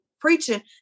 preaching